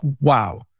wow